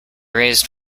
raised